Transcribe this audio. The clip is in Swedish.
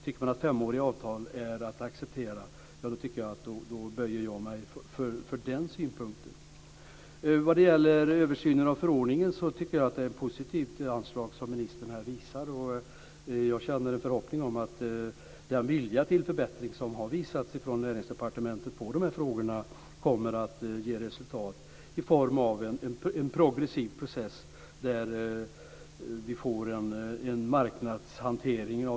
Tycker man att femåriga avtal är att acceptera böjer jag mig för den synpunkten. Vad gäller översynen av förordningen tycker jag att ministern här visar ett positivt anslag. Jag känner en förhoppning om att den vilja till förbättring i de här frågorna som har visats från Näringsdepartementet kommer att ge resultat i form av en progressiv process och en marknadshantering.